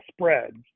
spreads